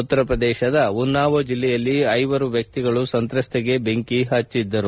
ಉತ್ತರಪ್ರದೇಶದ ಉನ್ನಾವೋ ಜಿಲ್ಲೆಯಲ್ಲಿ ಐವರು ವ್ಯಕ್ತಿಗಳು ಸಂತ್ರಸ್ತೆಗೆ ಬೆಂಕಿ ಪಚ್ಚಿದ್ದರು